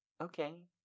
Okay